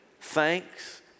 thanks